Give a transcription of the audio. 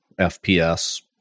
FPS